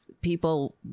people